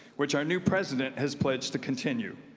which our new president has pledged to continued.